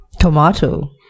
Tomato